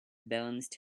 balanced